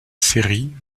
série